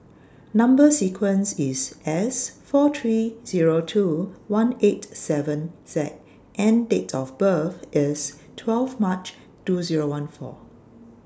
Number sequence IS S four three Zero two one eight seven Z and Date of birth IS twelve March two Zero one four